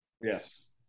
Yes